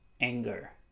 anger